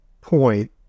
point